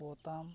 ᱯᱚᱛᱟᱢ